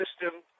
system